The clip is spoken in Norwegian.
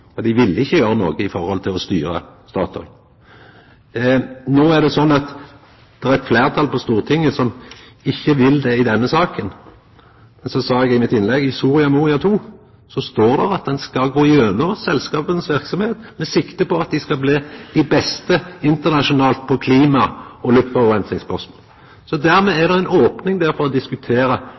dei ville ikkje gjera noko i forhold til å styra Statoil. No er det sånn at det er eit fleirtal på Stortinget som ikkje vil det i denne saka. Så sa eg i mitt innlegg at i Soria Moria II står det at ein skal gå gjennom verksemda til selskapa med sikte på at dei skal bli dei beste internasjonalt på klima og luftforureiningsspørsmål. Dermed er det ei opning der for å